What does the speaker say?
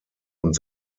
und